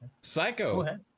psycho